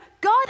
God